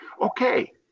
Okay